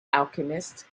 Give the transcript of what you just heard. alchemist